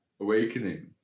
awakening